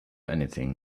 anything